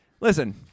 listen